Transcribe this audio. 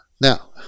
Now